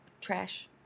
trash